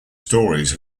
stories